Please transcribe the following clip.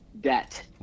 debt